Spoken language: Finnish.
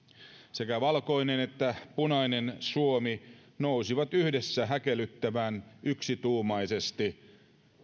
sekä valkoinen että punainen suomi nousi yhdessä häkellyttävän yksituumaisesti